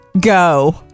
go